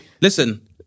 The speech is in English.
Listen